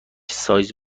سایز